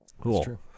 Cool